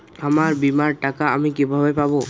আমার বীমার টাকা আমি কিভাবে পাবো?